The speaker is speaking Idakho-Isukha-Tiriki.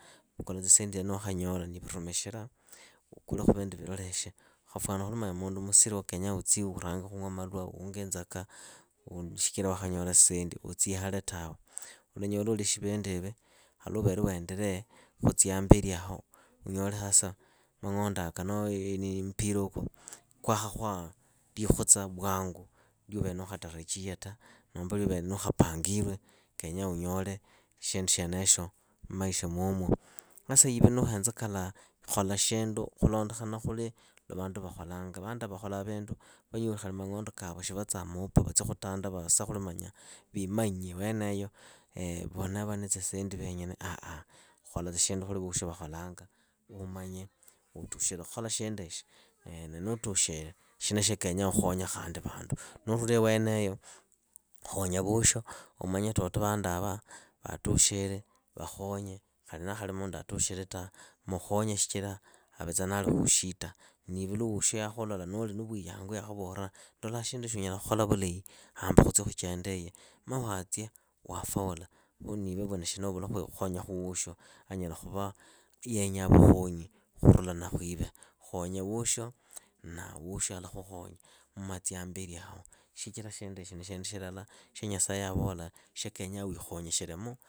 Vukula tsisendi tsienetso ni wakhanyola nuurumikhila. ukulekhu vindu vilolerekhe. Ukhafuana khuli manya mundu musilo noo utsi urange khung'wa malwa ung'wi inzaka. uu shikira waakhanyola sendi utsia ihale tawe. Ulanyola ulekhi vinduivi khali luuvere weenderee khutsia hambeliaho, unyole sasa mang'ondoaka noho mupirauku kwakhakhua likhutsa vwangu liuverenuukhatarachie ta, noomba liuvere nuukhapangirwe kenyaa unyore shindu shyenesho mmaisha mwomo. Sasa iwe nuuhenza kalaha, khola shindu khulondokhana khuli lwa vandu vakholanga. vanduava vakholaa vindu. vanyoli khali mang'ondo kavo shivaatsaa muupa vatsi khutanda. viimanye iweneyo vo neevali na tsisendi veenyene ah. khola tsa shindu khuli voosho vakholanga uumanye utushire khola shindyuishi na nuutushire shina shya kenyaa ukhonye khandi vandu. Nuurulaiweneyo. khonya voosho, toto vanduava vatushire vakhonye khali naakhali mundu atukhile ta, mukhonye shichira avetsa naali khuushita. Niiwe lu woosho yakhulola nuuli na vuyangu yakhuvola. ndolaa shinduishi unyala khola vulahi hamba khutsi khuchendeiyi, ma waatsia waafaula. Khu niuwe vwana shina uvule khonyakhu woosho, anyala khuva yeenya vukhonyi khurulana khwive. Khonya woosho na woosho alakhukhonya mmatsia hambeliaho, shichira shinduishi ni shindu shila shya nyasaye yavola shya kenyaa wiikhonyekhelemu.